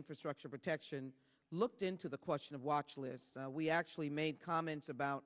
infrastructure protection looked into the question of watch lists we actually made comments about